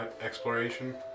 exploration